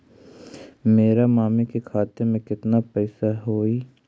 मेरा मामी के खाता में कितना पैसा हेउ?